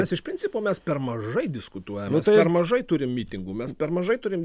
mes iš principo mes per mažai diskutuojame per mažai turim mitingų mes per mažai turim